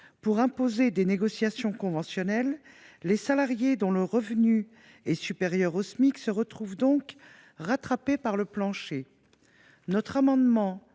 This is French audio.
cadre imposant des négociations conventionnelles, les salariés dont le revenu est supérieur au Smic se retrouvent donc rattrapés par le salaire plancher. Cet amendement